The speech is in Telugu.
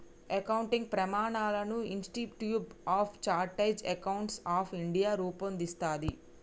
అకౌంటింగ్ ప్రమాణాలను institute of chartered accountants of India రూపొందిస్తది